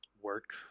work